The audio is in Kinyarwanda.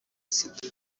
sida